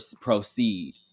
proceed